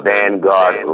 Vanguard